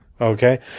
okay